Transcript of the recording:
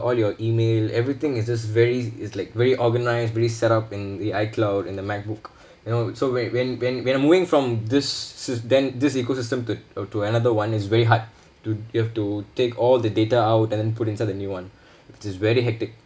all your email everything is just very is like very organised very set up in the icloud and the macbook you know so when when when when I'm moving from this sys~ then this ecosystem to uh to another [one] is very hard to you have to take all the data out and then put inside the new [one] it is very hectic